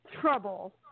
trouble